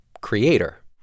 creator